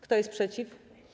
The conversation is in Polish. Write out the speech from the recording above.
Kto jest przeciw?